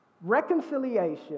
reconciliation